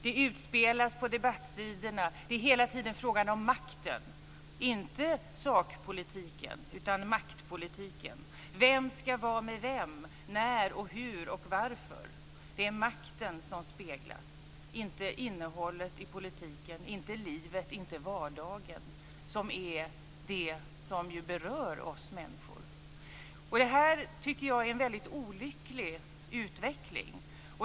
Det utspelas på debattsidorna. Det är hela tiden frågan om makten - inte sakpolitiken utan maktpolitiken. Vem ska vara med vem när och hur och varför? Det är makten som speglas och inte innehållet i politiken, livet och vardagen, som är det som berör oss människor. Det tycker jag är en väldigt olycklig utveckling.